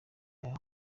yawe